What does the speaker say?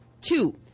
Two